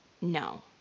No